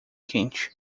quente